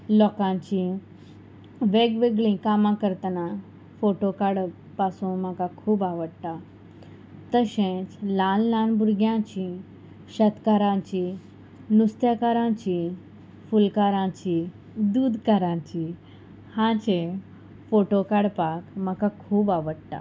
लोकांची वेगवेगळीं कामां करतना फोटो काडप पासून म्हाका खूब आवडटा तशेंच ल्हान ल्हान भुरग्यांची शेतकारांची नुस्त्याकारांची फुलकारांची दूदकारांची हाचे फोटो काडपाक म्हाका खूब आवडटा